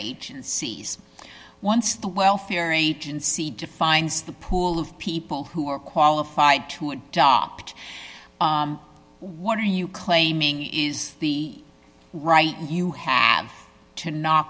agencies once the welfare agency defines the pool of people who are qualified to adopt what are you claiming the right you